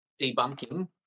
debunking